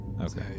Okay